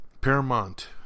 Paramount